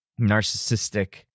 narcissistic